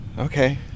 Okay